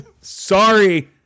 Sorry